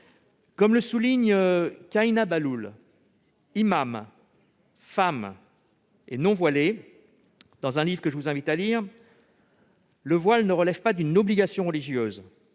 Comme le souligne Kahina Bahloul, imam, femme et non voilée, dans un livre que je vous invite à lire, le voile ne relève pas d'une obligation religieuse.